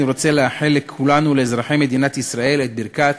אני רוצה לאחל לכולנו ולאזרחי מדינת ישראל את ברכת